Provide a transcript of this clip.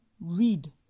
read